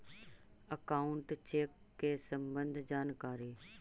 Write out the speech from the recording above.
Account check के सम्बन्ध जानकारी?